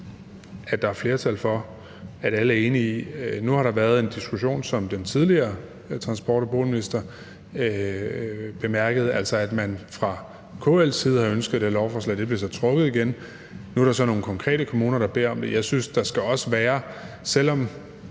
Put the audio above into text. ved der er flertal for, eller som alle er enige i. Nu har der været en diskussion, som den tidligere transport- og boligminister bemærkede, om, at man fra KL's side har ønsket det lovforslag, men det blev så trukket igen, og nu er der så nogle konkrete kommuner, der beder om det. Så selv om